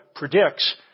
predicts